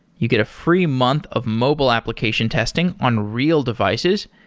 you get a free month of mobile application testing on real devices,